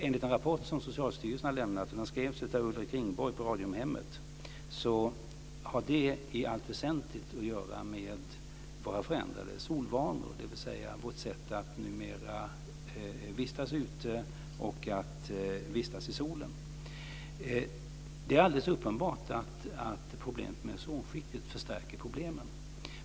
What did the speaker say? Enligt en rapport som Socialstyrelsen har lämnat och som skrevs av Ulrik Ringborg på Radiumhemmet har det i allt väsentligt att göra med våra förändrade solvanor, dvs. vårt sätt att numera vistas ute i solen. Det är alldeles uppenbart att problemet med ozonskiktet förstärker problemen.